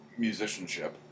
musicianship